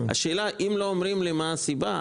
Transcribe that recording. השאלה היא שאם לא אומרים לי מה הסיבה,